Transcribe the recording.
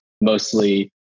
mostly